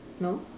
no